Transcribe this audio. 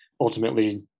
ultimately